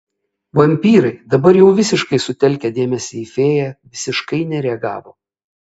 vampyrai dabar jau visiškai sutelkę dėmesį į fėją visiškai nereagavo